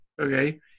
okay